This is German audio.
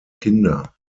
kinder